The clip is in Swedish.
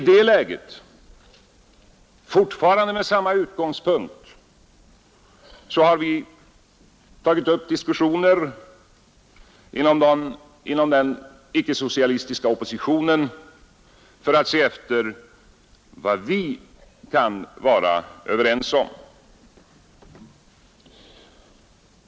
I det läget, och fortfarande med samma utgångspunkt, har vi inom den icke-socialistiska oppositionen tagit upp diskussioner för att se vad vi kan vara överens om.